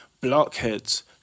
blockheads